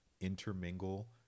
intermingle